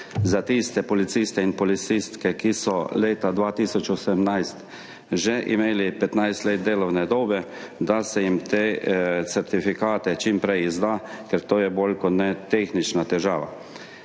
Za tiste policiste in policistke, ki so leta 2018 že imeli 15 let delovne dobe, naj se te certifikate čim prej izda, ker je to bolj kot ne tehnična težava.